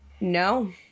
no